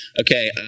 Okay